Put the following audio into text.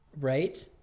right